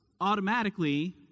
automatically